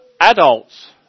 adults